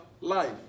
life